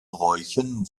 bräuchen